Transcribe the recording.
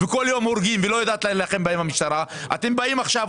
וכל יום הורגים ולא יודעת להילחם בהם המשטרה - אתם באים עכשיו,